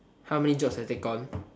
how many jobs I take on